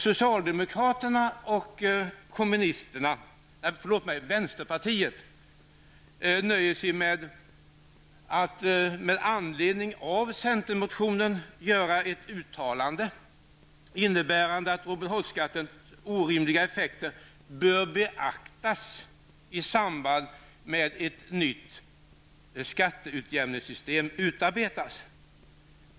Socialdemokraterna och vänsterpartiet nöjer sig med att med anledning av centermotionen göra ett uttalande. Man menar att Robin Hood-skattens orimliga effekter bör beaktas i samband med att ett nytt skatteutjämningssystem utarbetas.